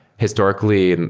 historically,